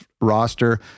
roster